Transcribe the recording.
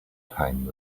time